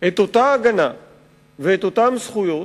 את אותה הגנה ואת אותן זכויות,